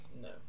No